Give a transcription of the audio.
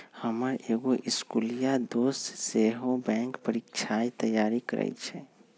हमर एगो इस्कुलिया दोस सेहो बैंकेँ परीकछाके तैयारी करइ छइ